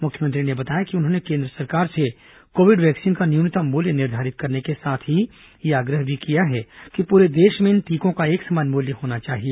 मुख्यमंत्री ने बताया कि उन्होंने केन्द्र सरकार से कोविड वैक्सीन का न्यूनतम मूल्य निर्धारित करने के साथ ही यह आग्रह भी किया है कि पूरे देश में इन टीकों का एक समान मूल्य होना चाहिए